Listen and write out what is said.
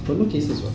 got no cases [what]